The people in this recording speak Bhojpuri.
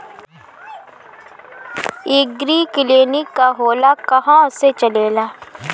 एगरी किलिनीक का होला कहवा से चलेँला?